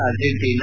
Argentina